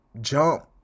jump